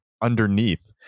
underneath